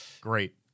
Great